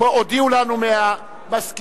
הודיעו לנו מהמזכירות,